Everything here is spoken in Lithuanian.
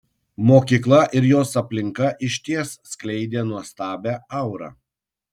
mokykla ir jos aplinka išties skleidė nuostabią aurą